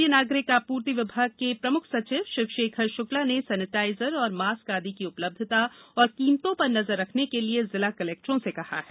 खाद्य नागरिक आपूर्ति विभाग के प्रमुख सचिव शिवशेखर शुक्ला ने सेनेटाइजर और मास्क आदि की उपलब्धता और कीमतों पर नजर रखने के लिए जिला कलेक्टरों से कहा है